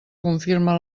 confirma